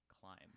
climb